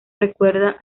recuerda